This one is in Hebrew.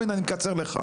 בוא, הנה, אני מקצר לך.